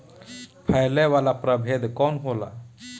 फैले वाला प्रभेद कौन होला?